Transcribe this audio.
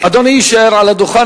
אדוני יישאר על הדוכן,